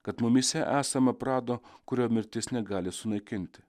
kad mumyse esama prado kurio mirtis negali sunaikinti